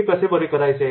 हे कसे बरे करायचे